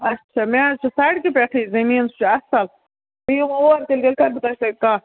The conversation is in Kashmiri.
اچھا مےٚ حظ چھِ سَڑکہِ پٮ۪ٹھٕے زٔمیٖن سُہ چھِ اَصٕل بہٕ یِمہٕ اور تیٚلہِ کَرٕ بہٕ تۄہہِ سۭتۍ کَتھ